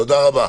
תודה רבה.